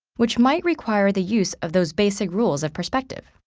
which might require the use of those basic rules of perspective.